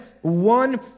one